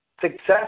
success